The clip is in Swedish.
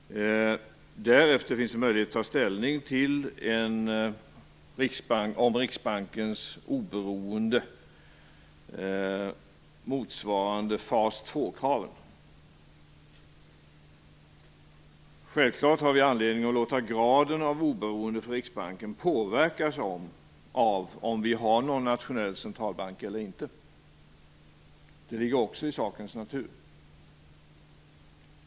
Därefter finns det möjlighet att ta ställning vad gäller Riksbankens oberoende motsvarande fas 2 kraven. Självfallet har vi anledning att låta graden av oberoende för Riksbanken påverkas av om vi har någon nationell centralbank eller inte. Det ligger också i sakens natur.